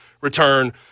return